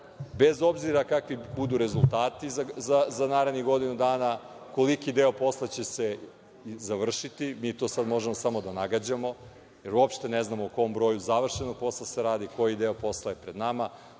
bez obzira kakvi budu rezultati za narednih godinu dana, koliki deo posla će se završiti, mi to sada možemo samo da nagađamo jer uopšte ne znamo o kom broju završenog posla se radi, koji deo posla je pred nama,